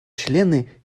члены